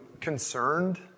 concerned